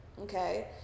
Okay